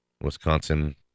Wisconsin